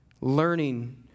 learning